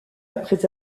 après